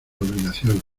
obligaciones